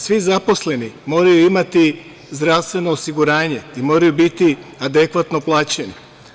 Svi zaposleni moraju imati zdravstveno osiguranje i moraju biti adekvatno plaćeni.